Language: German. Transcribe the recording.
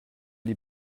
die